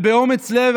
ובאומץ לב,